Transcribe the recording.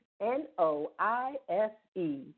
N-O-I-S-E